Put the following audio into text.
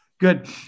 Good